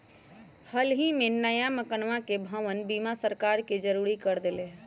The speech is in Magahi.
हल ही में नया मकनवा के भवन बीमा सरकार ने जरुरी कर देले है